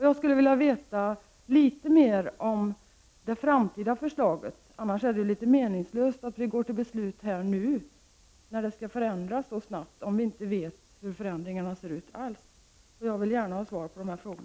Jag skulle vilja veta litet mer om det framtida förslaget. Om vi inte alls vet hur de förändringar som skall ske så snabbt kommer att se ut, är det mer eller mindre meningslöst att vi nu går till beslut. Jag vill gärna ha svar på dessa frågor.